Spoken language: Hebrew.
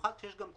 במיוחד כשיש גם את